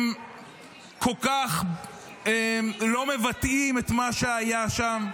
הם כל כך לא מבטאים את מה שהיה שם.